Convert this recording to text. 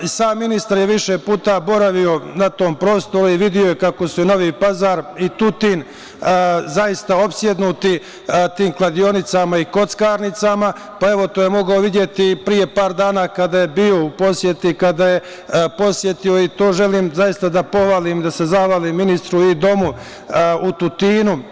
Sam ministar je više puta boravio na tom prostoru i video je kako se Novi Pazar i Tutin zaista opsednuti tim kladionicama i kockarnicama, pa evo to je mogao i videti i pre par dana kada je bio u poseti, kada je posetio i to želim zaista da pohvalim, da se zahvalim ministru i domu u Tutinu.